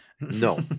No